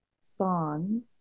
songs